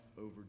over